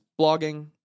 blogging